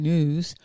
News